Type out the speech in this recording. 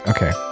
Okay